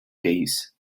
days